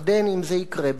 ירדן, אם זה יקרה בה,